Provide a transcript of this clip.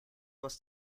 was